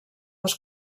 les